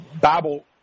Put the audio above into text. Bible